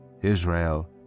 Israel